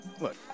Look